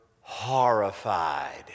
horrified